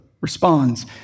responds